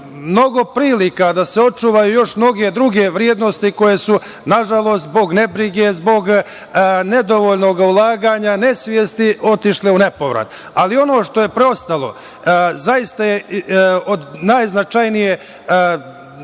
mnogo prilika da se očuvaju još mnoge druge vrednosti koje su nažalost zbog nebrige, zbog nedovoljnog ulaganja, nesvesti otišle u nepovrat. Ali, ono što je preostalo zaista je od najznačajnije